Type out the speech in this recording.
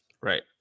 right